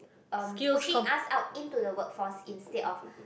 um pushing us out into the work force instead of